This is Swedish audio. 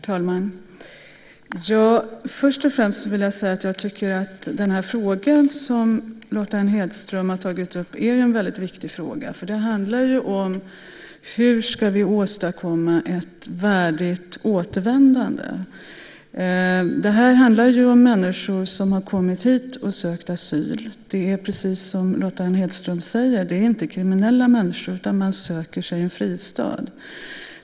Herr talman! Först och främst vill jag säga att jag tycker att den fråga som Lotta N Hedström har tagit upp är en väldigt viktig fråga. Det handlar ju om hur vi ska åstadkomma ett värdigt återvändande. Det här är människor som har kommit hit och sökt asyl. Det är, precis som Lotta N Hedström säger, inte kriminella människor utan man söker sig en fristad.